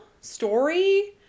story